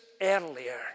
earlier